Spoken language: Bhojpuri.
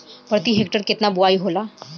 प्रति हेक्टेयर केतना बुआई होला?